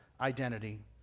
identity